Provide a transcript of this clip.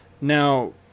Now